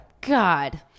God